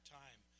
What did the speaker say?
time